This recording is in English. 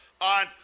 on